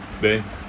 be~